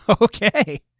Okay